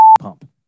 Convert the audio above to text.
pump